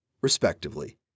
respectively